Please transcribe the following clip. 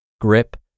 grip